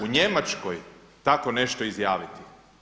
U Njemačkoj tako nešto izjaviti.